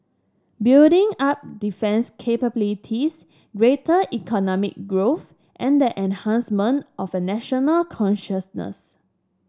building up defence capabilities greater economic growth and the enhancement of a national consciousness